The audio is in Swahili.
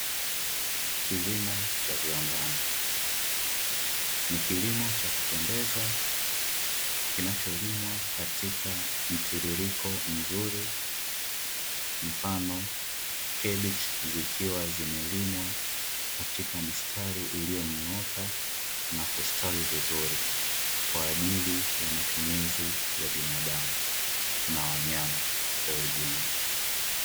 Kilimo cha viwandani, ni kilimo cha kupendeza kinacholimwa katika mtiririko mzuri mfano, kebichi zikiwa zimelimwa katika mistari uliyonyooka na kustawi vizuri kwa ajili ya matumizi ya binadamu na wanyama kwa ujumla.